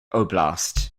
oblast